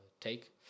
take